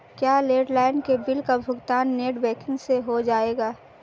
क्या लैंडलाइन के बिल का भुगतान नेट बैंकिंग से हो जाएगा?